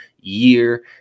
year